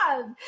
love